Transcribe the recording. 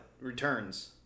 Returns